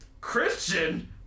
Christian